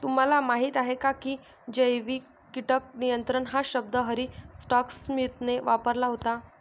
तुम्हाला माहीत आहे का की जैविक कीटक नियंत्रण हा शब्द हॅरी स्कॉट स्मिथने वापरला होता?